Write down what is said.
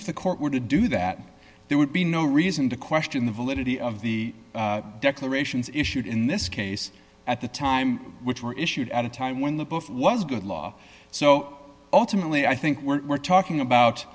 if the court were to do that there would be no reason to question the validity of the declarations issued in this case at the time which were issued at a time when the book was good law so ultimately i think we're talking about